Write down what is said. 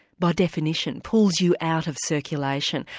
by definition, pulls you out of circulation,